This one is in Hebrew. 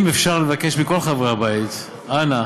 אם אפשר לבקש מכל חברי הבית, אנא,